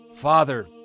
Father